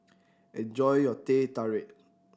enjoy your Teh Tarik